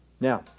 Now